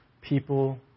people